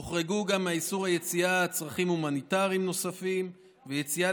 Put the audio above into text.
הוחרגו מאיסור היציאה גם צרכים הומניטריים נוספים ויציאה